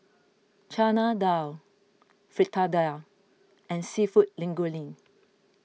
Chana Dal Fritada and Seafood